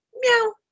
meow